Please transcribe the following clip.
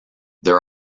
there